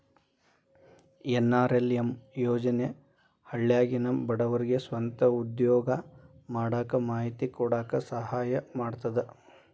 NRLM ಯೋಜನೆ ಹಳ್ಳ್ಯಾಗಿನ ಬಡವರಿಗೆ ಸ್ವಂತ ಉದ್ಯೋಗಾ ಮಾಡಾಕ ಮಾಹಿತಿ ಕೊಡಾಕ ಸಹಾಯಾ ಮಾಡ್ತದ